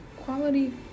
Quality